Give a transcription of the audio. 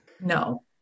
No